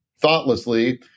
thoughtlessly